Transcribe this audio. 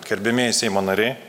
gerbiamieji seimo nariai